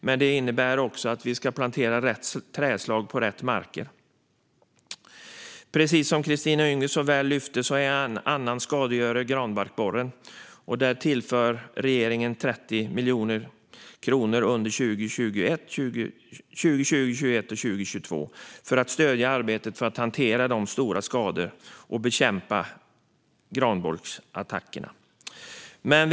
Men det innebär också att vi ska plantera rätt trädslag på rätt marker. Precis som Kristina Yngwe så väl lyfte fram är en annan skadegörare granbarkborren. Regeringen tillför 30 miljoner kronor under 2020, 2021 och 2022 för att stödja arbetet med att hantera de stora skadorna och bekämpa angreppen från granbarkborren.